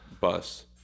bus